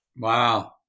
Wow